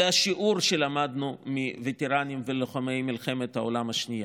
זה השיעור שלמדנו מהווטרנים ולוחמי מלחמת העולם השנייה.